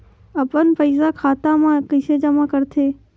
अपन पईसा खाता मा कइसे जमा कर थे?